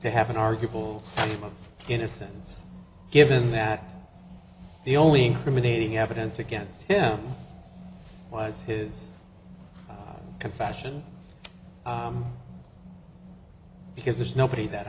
to have an arguable innocence given that the only incriminating evidence against him was his confession because there's nobody that